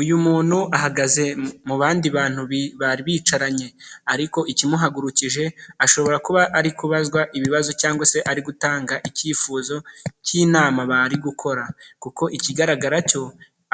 Uyu muntu ahagaze mu bandi bantu bari bicaranye ariko ikimuhagurukije ashobora kuba ari kubazwa ibibazo cyangwa se ari gutanga icyifuzo k'inama bari gukora kuko ikigaragara cyo